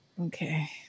okay